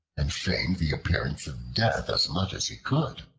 and feigned the appearance of death as much as he could.